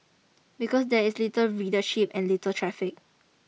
because there is little readership and little traffic